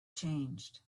changed